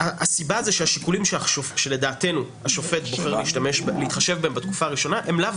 הסיבה שלדעתנו השופט בוחר להתחשב בהן בתקופה הראשונה הן לאו